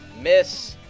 Miss